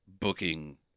booking